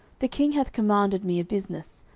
the king hath commanded me a business,